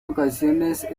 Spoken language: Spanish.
ocasiones